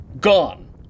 Gone